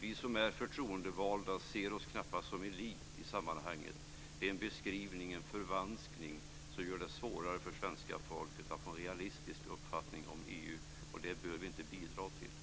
Vi som är förtroendevalda ser oss knappast som en elit i sammanhanget. Det är en förvanskning som gör det svårare för svenska folket att få en realistisk uppfattning om EU, och det bör vi inte bidra till.